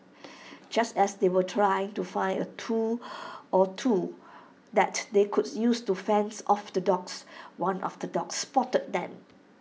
just as they were trying to find A tool or two that they could use to fend off the dogs one of the dogs spotted them